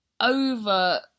over